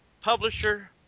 publisher